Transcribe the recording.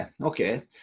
okay